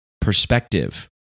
perspective